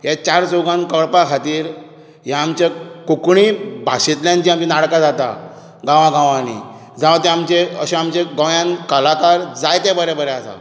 हें चार चौगांत कळपा खातीर ह्या आमच्या कोंकणी भाशेंतल्यान जीं नाटकां जातात गांवांगावांनी जावं तें आमचें अशें गोंयांत कलाकार जाय ते बरे बरे आसात